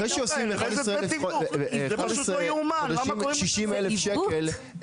אחרי שעושים ב-11 חודשים 60 אלף שקל,